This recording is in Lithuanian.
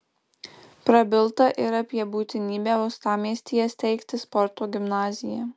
prabilta ir apie būtinybę uostamiestyje steigti sporto gimnaziją